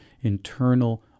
internal